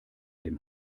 dem